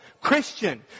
Christian